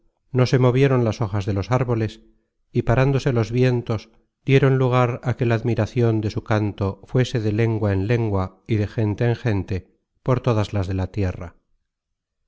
no se movieron las hojas de los árboles y parándose los vientos dieron lugar á que la admiracion de su canto fuese de lengua en lengua y de gente en gente por todas las de la tierra